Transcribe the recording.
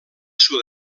sud